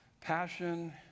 passion